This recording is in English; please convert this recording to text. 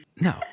No